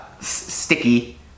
sticky